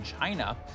China